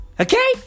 Okay